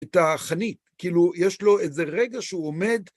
את החנית, כאילו יש לו איזה רגע שהוא עומד.